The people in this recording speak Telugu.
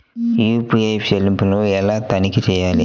యూ.పీ.ఐ చెల్లింపులు ఎలా తనిఖీ చేయాలి?